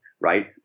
right